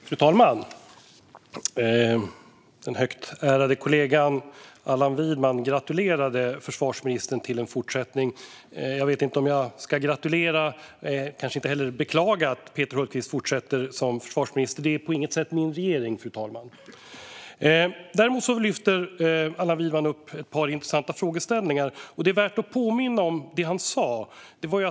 Fru talman! Den högt ärade kollegan Allan Widman gratulerade försvarsministern till en fortsättning. Jag vet inte om jag ska gratulera, och kanske inte heller beklaga, att Peter Hultqvist fortsätter som försvarsminister - det är på inget sätt min regering, fru talman. Däremot lyfter Allan Widman upp ett par intressanta frågeställningar, och det är värt att påminna om det han sa.